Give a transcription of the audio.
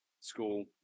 school